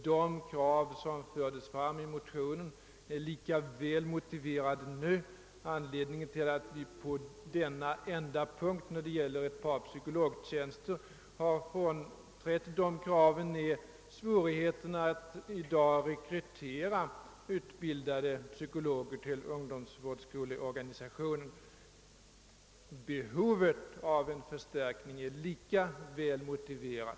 De krav som fördes fram i vår motion är lika väl motiverade nu; anledningen till att vi på denna enda punkt, d.v.s. beträffande psykologtjänster, har frånträtt våra krav, är svårigheterna att i dagens läge rekrytera utbildade psykologer till ungdomsvårdsskoleorganisationen. Behovet av en förstärkning är fortfarande lika väl motiverat.